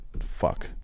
fuck